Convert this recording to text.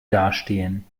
dastehen